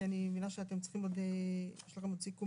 כי אני מבינה שיש לכם עוד סיכומים.